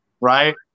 right